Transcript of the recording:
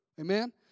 Amen